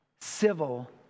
Civil